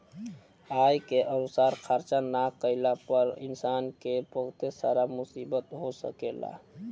आय के अनुसार खर्चा ना कईला पर इंसान के बहुत सारा मुसीबत हो सकेला